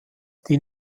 die